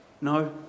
No